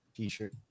t-shirt